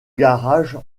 garage